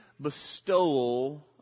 bestowal